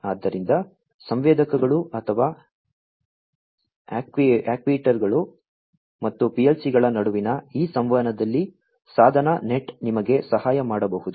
ಆದ್ದರಿಂದ ಸಂವೇದಕಗಳು ಅಥವಾ ಆಕ್ಟಿವೇಟರ್ಗಳು ಮತ್ತು PLC ಗಳ ನಡುವಿನ ಈ ಸಂವಹನದಲ್ಲಿ ಸಾಧನ ನೆಟ್ ನಿಮಗೆ ಸಹಾಯ ಮಾಡಬಹುದು